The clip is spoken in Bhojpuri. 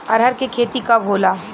अरहर के खेती कब होला?